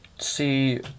see